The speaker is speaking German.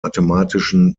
mathematischen